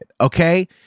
Okay